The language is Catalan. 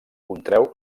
contreu